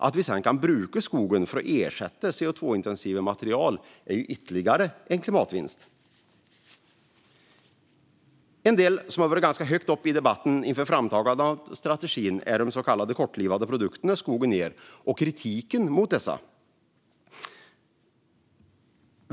Att vi sedan kan bruka skogen för att ersätta CO2-intensiva material är ju ytterligare en klimatvinst. En del som varit ganska högt upp i debatten inför framtagandet av strategin är de så kallade kortlivade produkterna som skogen ger och kritiken mot dessa.